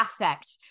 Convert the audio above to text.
affect